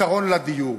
פתרון לדיור.